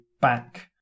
back